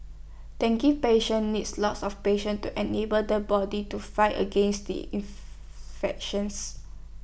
dengue patients needs lots of patient to enable the body to fight against the infections